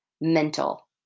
mental